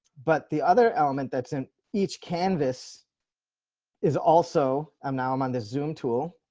but the other element that's in each canvas is also i'm now i'm on the zoom tool.